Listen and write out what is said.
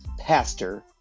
Pastor